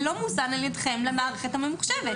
זה לא מוזן על ידכם למערכת הממוחשבת.